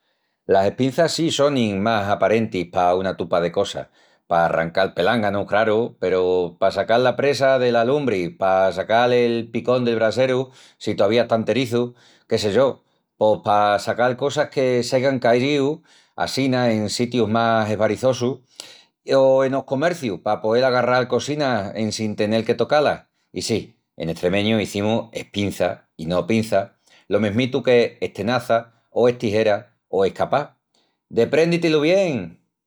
Las espinças si sonin más aparentis pa una tupa de cosas. Pa arrancal pelánganus, craru, peru pa sacal la presa dela lumbri, pa sacal el picón del braseru si tovía está enterizu,… que sé yo. Pos pa sacal cosas que s'aigan cayíu assina en sitius más esvarizosus, o enos comercius pa poel agarral cosinas en sin tenel que tocá-las... I sí, en estremeñu izimus espinças i no pinças, lo mesmitu que estenazas o estijeras o escapás. Deprendi-ti-lu bien!